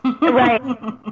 Right